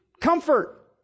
comfort